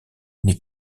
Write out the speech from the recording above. n’est